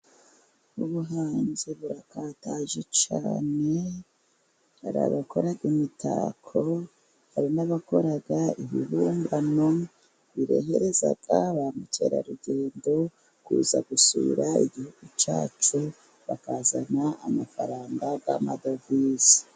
Ubuhanzi burakataje cyane, hari abakora imitako, hari n'abakora ibibumbano, birehereza ba mukerarugendo kuza gusura igihugu cyacu, bakazana amafaranga y'amadovize.